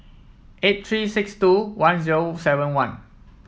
eight three six two one zero seven one